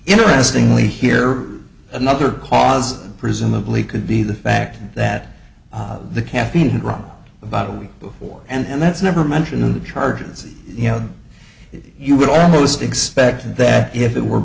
interestingly here another cause presumably could be the fact that the caffeine wrong about a week before and that's never mentioned in the charges you know you would almost expect that if it were